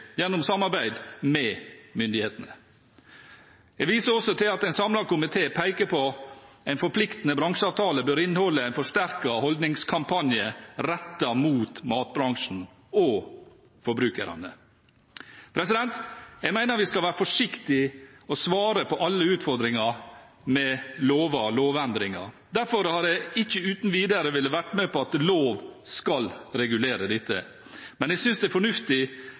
gjennom samarbeid med myndighetene. Jeg viser også til at en samlet komité peker på at en forpliktende bransjeavtale bør inneholde en forsterket holdningskampanje rettet mot matbransjen og forbrukerne. Jeg mener vi skal være forsiktige med å svare på alle utfordringer med lover og lovendringer. Derfor har jeg ikke uten videre villet være med på at lov skal regulere dette, men jeg synes det er fornuftig